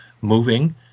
moving